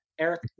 Eric